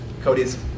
Cody's